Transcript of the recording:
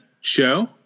show